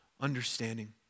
understanding